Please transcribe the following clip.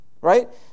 right